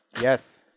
Yes